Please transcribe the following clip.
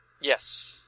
Yes